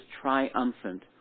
triumphant